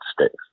States